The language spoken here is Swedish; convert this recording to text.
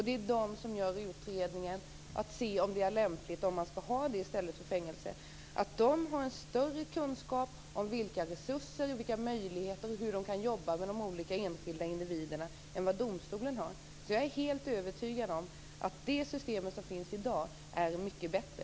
Det är de som gör utredningen för att se om det är lämpligt att ha elektronisk övervakning i stället för fängelse. De har en större kunskap om vilka resurser och möjligheter som finns och hur man kan jobba med de olika enskilda individerna än vad domstolen har. Jag är helt övertygad om att det system som finns i dag är mycket bättre.